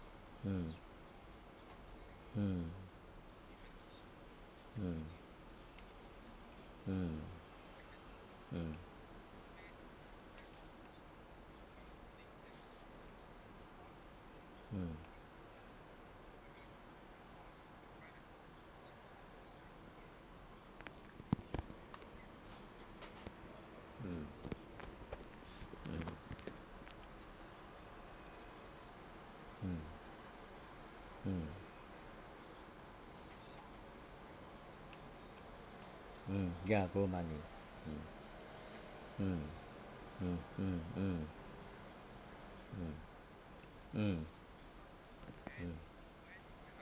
mm mm mm mm mm mm mm mm mm mm mm ya grow money mm mm mm mm mm mm mm mm